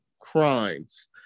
crimes